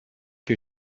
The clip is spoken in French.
que